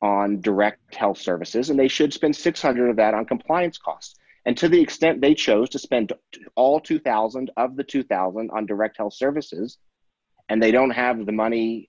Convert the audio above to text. on direct health services and they should spend six hundred of that on compliance costs and to the extent they chose to spend all two thousand of the two thousand on direct health services and they don't have the money